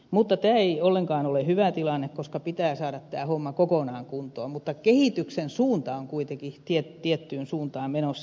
mutta tämä ei ollenkaan ole hyvä tilanne koska pitää saada tämä homma kokonaan kuntoon mutta kehityksen suunta on kuitenkin tiettyyn suuntaan menossa